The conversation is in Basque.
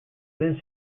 den